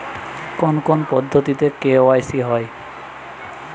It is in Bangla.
কোন কোন পদ্ধতিতে কে.ওয়াই.সি হয়?